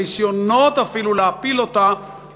הניסיונות אפילו להפיל אותה